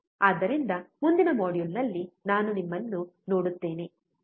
ಆದ್ದರಿಂದ ಮುಂದಿನ ಮಾಡ್ಯೂಲ್ನಲ್ಲಿ ನಾನು ನಿಮ್ಮನ್ನು ನೋಡುತ್ತೇನೆ ಬೈ